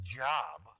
job